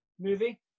Movie